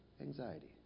anxiety